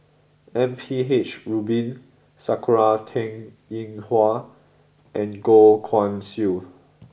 M P H Rubin Sakura Teng Ying Hua and Goh Guan Siew